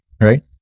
right